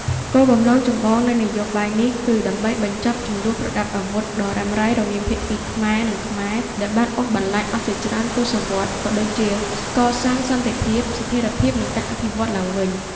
គោលបំណងចម្បងនៃនយោបាយនេះ គឺដើម្បីបញ្ចប់ជម្លោះប្រដាប់អាវុធដ៏រ៉ាំរ៉ៃ រវាងភាគីខ្មែរ និងខ្មែរ ដែលបានអូសបន្លាយអស់ជាច្រើនទសវត្សរ៍ក៏ដូចជាកសាងសន្តិភាព ស្ថិរភាព និងការអភិវឌ្ឍឡើងវិញ។